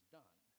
done